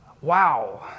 Wow